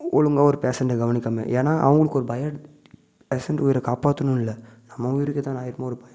ஒழுங்காக ஒரு பேஷண்டை கவனிக்காமல் ஏன்னால் அவங்களுக்கு ஒரு பயம் பேஷண்ட் உயிரை காப்பாற்றணு இல்லை நம்ம உயிருக்கு எதாவது ஆயிடுமோனு ஒரு பயம்